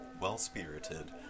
well-spirited